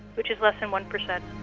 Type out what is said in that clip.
which is less than one percent.